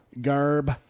garb